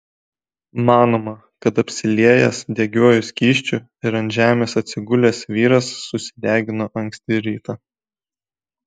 manoma kad apsiliejęs degiuoju skysčiu ir ant žemės atsigulęs vyras susidegino anksti rytą